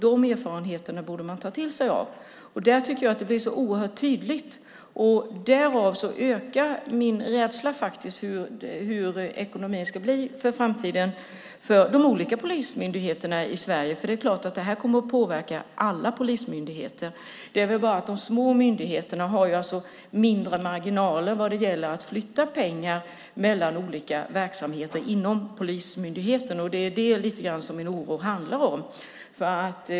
De erfarenheterna borde man ta till sig. Det är så oerhört tydligt. Därav ökar min rädsla för hur ekonomin ska bli i framtiden för polismyndigheterna i Sverige. Det är klart att det kommer att påverka alla polismyndigheter. Men de små myndigheterna har mindre marginaler vad gäller att flytta pengar inom verksamheter inom polismyndigheten. Det är lite grann det som min oro handlar om.